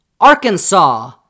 Arkansas